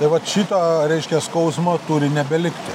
tai vat šitą reiškia skausmo turi nebelikti